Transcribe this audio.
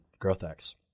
GrowthX